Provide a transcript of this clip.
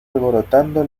alborotando